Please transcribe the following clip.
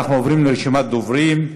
אנחנו עוברים לרשימת הדוברים: